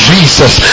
Jesus